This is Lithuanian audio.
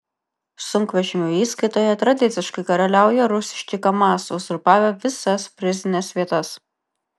sunkvežimių įskaitoje tradiciškai karaliauja rusiški kamaz uzurpavę visas prizines vietas